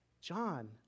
John